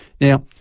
now